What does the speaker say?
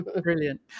Brilliant